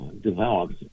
developed